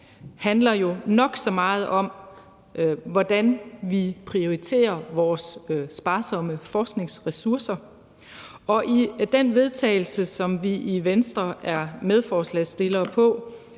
handler jo nok så meget om, hvordan vi prioriterer vores sparsomme forskningsressourcer, og i det forslag til vedtagelse, som vi i Venstre er medforslagsstillere på,